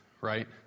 right